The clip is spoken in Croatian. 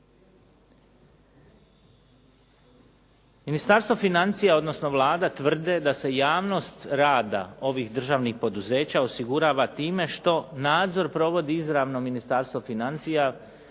Ministarstvo financija odnosno Vlada tvrde da se javnost rada ovih državnih poduzeća osigurava time što nadzor provodi izravno Ministarstvo financija